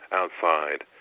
outside